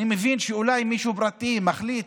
אני מבין שאולי מישהו פרטי מחליט